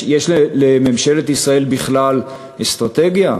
יש לממשלת ישראל בכלל אסטרטגיה?